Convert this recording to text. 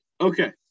Okay